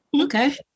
okay